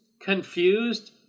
confused